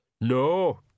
No